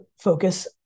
focus